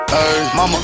Mama